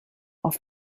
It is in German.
auf